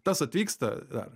tas atvyksta